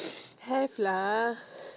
have lah